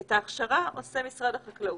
את ההכשרה עושה משרד החקלאות.